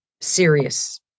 serious